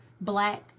black